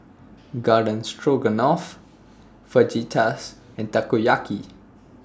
Garden Stroganoff Fajitas and Takoyaki